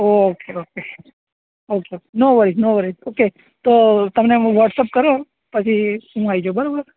okay okay okay no worries no worries okay તો તમને હું વોટસેપ કરું પછી હું આવી જાઉં બરાબર